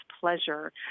pleasure